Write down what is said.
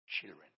children